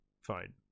fine